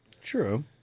True